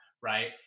right